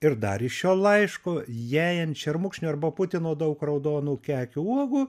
ir dar iš šio laiško jei ant šermukšnio arba putino daug raudonų kekių uogų